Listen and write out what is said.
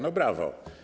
No brawo.